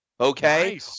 Okay